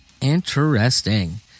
Interesting